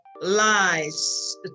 lies